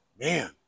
Man